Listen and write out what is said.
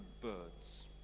birds